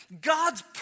God's